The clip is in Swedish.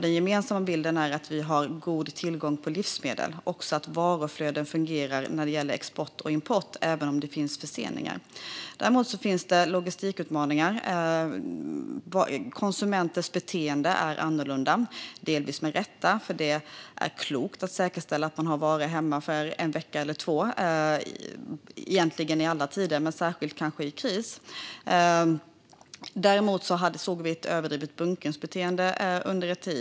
Den gemensamma bilden är att vi har god tillgång på livsmedel och att varuflöden fungerar när det gäller export och import, även om det finns förseningar. Däremot finns det logistikutmaningar. Konsumenters beteende är annorlunda, delvis med rätta, för det är klokt att säkerställa att man har varor hemma för en vecka eller två. Detta gäller egentligen i alla tider, men kanske särskilt i kristider. Vi såg ett överdrivet bunkringsbeteende under en tid.